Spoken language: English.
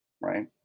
right